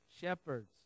Shepherds